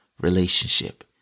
relationship